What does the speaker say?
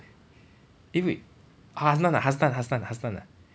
eh wait hasnan ah hasnan hasnan hasnan ah